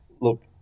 look